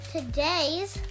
Today's